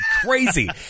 crazy